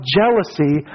jealousy